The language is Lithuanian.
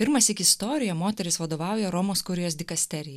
pirmąsyk istorijoj moteris vadovauja romos kurijos dikasterijai